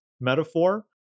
metaphor